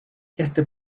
éste